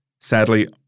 Sadly